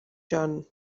john